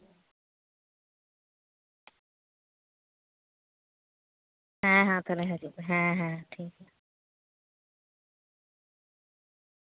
ᱦᱮᱸ ᱦᱮᱸ ᱛᱟᱦᱞᱮ ᱦᱤᱡᱩᱜ ᱯᱮ ᱦᱮᱸ ᱦᱮᱸ ᱴᱷᱤᱠᱜᱮᱭᱟ